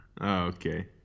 Okay